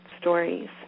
stories